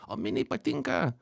o miniai patinka